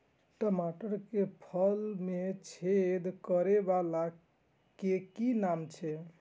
टमाटर के फल में छेद करै वाला के कि नाम छै?